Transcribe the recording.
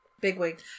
Bigwig